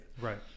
Right